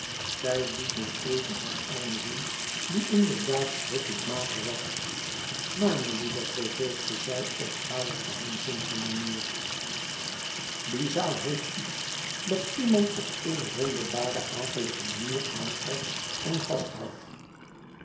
zij liet mij even haar arm zien die inderdaad schrikkelijk mager was maar melieve vervolgde zij op hare geheimzinnige manier die zaal heeft iets dat iemand op eene wonderbare akelige manier aantrekt en vasthoudt